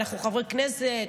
אנחנו חברי כנסת,